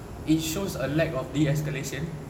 it shows a lack of de escalation